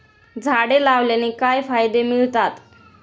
झाडे लावण्याने काय फायदे मिळतात?